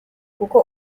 kuko